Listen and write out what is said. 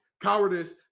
Cowardice